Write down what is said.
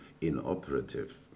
inoperative